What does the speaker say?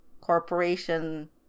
corporation